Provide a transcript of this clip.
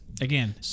again